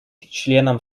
членом